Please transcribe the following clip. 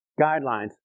guidelines